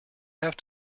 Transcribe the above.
have